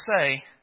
say